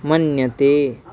मन्यते